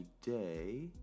today